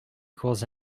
equals